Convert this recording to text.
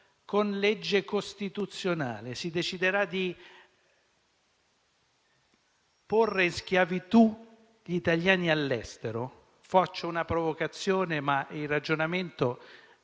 con legge costituzionale si deciderà di porre in schiavitù gli italiani all'estero (faccio una provocazione, ma il ragionamento